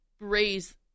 raise